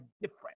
different